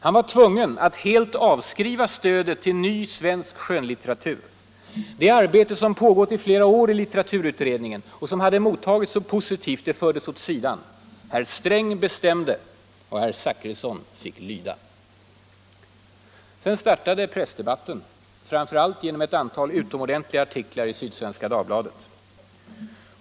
Han var tvungen att helt avskriva stödet till ny, svensk skönlitteratur. Det arbete som pågått i flera år i litteraturutredningen och som hade mottagits så positivt fördes åt sidan. Herr Sträng bestämde, och herr Zachrisson fick lyda. Sedan startade pressdebatten, framför allt genom ett antal utomordentliga artiklar i Sydsvenska Dagbladet.